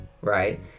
Right